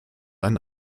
ein